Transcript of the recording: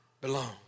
belong